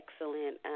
excellent